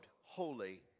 holy